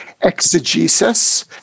exegesis